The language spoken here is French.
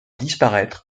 disparaître